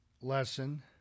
lesson